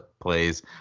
plays